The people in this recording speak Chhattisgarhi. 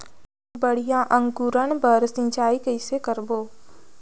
बढ़िया अंकुरण बर सिंचाई कइसे करबो?